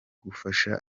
gufasha